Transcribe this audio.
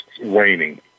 waning